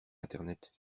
internet